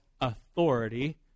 authority